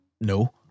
No